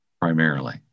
primarily